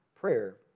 prayer